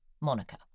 Monica